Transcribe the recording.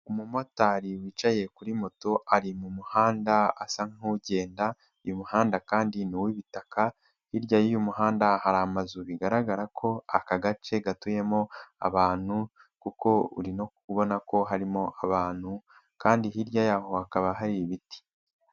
Umumotari wicaye kuri moto ari mu muhanda asa nkugenda, uyu imuhanda kandi ni uw'ibitaka, hirya y'umuhanda hari amazu bigaragara ko aka gace gatuyemo abantu kuko uri no kubona ko harimo abantu kandi hirya yaho hakaba hari ibiti.